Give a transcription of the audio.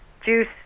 juice